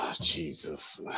Jesus